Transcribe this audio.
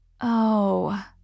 Oh